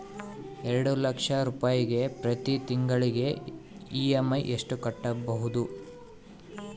ಎರಡು ಲಕ್ಷ ರೂಪಾಯಿಗೆ ಪ್ರತಿ ತಿಂಗಳಿಗೆ ಇ.ಎಮ್.ಐ ಎಷ್ಟಾಗಬಹುದು?